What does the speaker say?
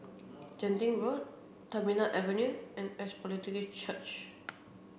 Genting Road Terminal Avenue and Apostolic Church